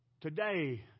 Today